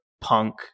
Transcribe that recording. Punk